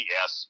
Yes